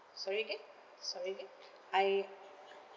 sorry again sorry again I